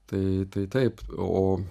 tai tai taip o